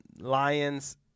Lions